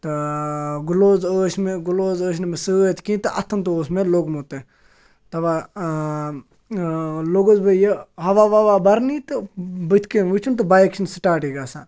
تہٕ گُلاوُز ٲسۍ مےٚ گُلاوُز ٲسۍ نہٕ مےٚ سٍتۍ کیٚنٛہہ تہٕ اَتھَن تہٕ اَتھن تہِ اوس مےٚ لوٚگمُت دَپان لوٚگُس بہٕ یہِ ہَوا ووا بَرنہِ تہٕ بٔتھِ کٔنۍ وُچُھم تہٕ بایک چھِنہٕ سِٹاٹٕے گَژھان